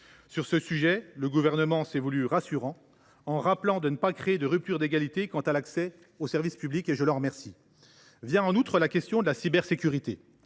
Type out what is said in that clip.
Sur ce sujet, le Gouvernement s’est voulu rassurant en rappelant son intention de ne pas créer de rupture d’égalité dans l’accès aux services publics. Je l’en remercie. Se pose aussi la question de la cybersécurité.